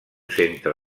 centre